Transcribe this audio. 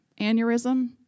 aneurysm